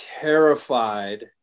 terrified